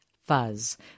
Fuzz